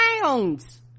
pounds